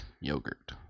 yogurt